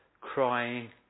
crying